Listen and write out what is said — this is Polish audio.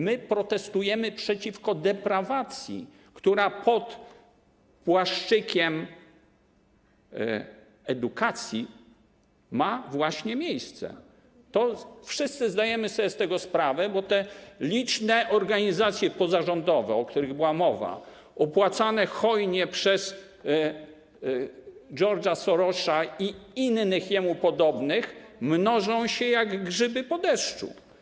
My protestujemy przeciwko deprawacji, która pod płaszczykiem edukacji ma właśnie miejsce, wszyscy zdajemy sobie z tego sprawę, bo te liczne organizacje pozarządowe, o których była mowa, opłacane hojnie przez George’a Sorosa i innych jemu podobnych, mnożą się jak grzyby po deszczu.